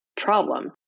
problem